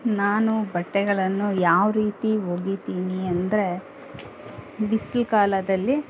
ನಾನು ಬಟ್ಟೆಗಳನ್ನು ಯಾವ ರೀತಿ ಒಗೀತೀನಿ ಅಂದರೆ ಬಿಸ್ಲು ಕಾಲದಲ್ಲಿ